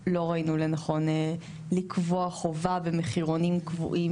לא ראינו לנכון לקבוע חובה של מחירונים קבועים